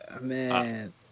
man